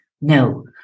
No